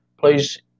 please